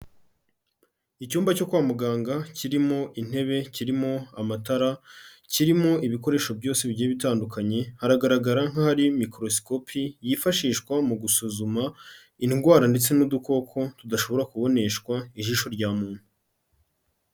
Icyumba cyo kwa muganga kirimo intebe, kirimo amatara, kirimo ibikoresho byose bigiye bitandukanye, haragaragara nk'aho ari mikorosikopi yifashishwa mu gusuzuma indwara ndetse n'udukoko, tudashobora kuboneshwa ijisho rya muntu.